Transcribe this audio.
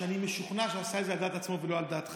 שאני משוכנע שעשה את זה על דעת עצמו ולא על דעתך,